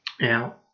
Now